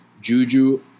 Juju